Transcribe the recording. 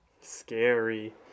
Scary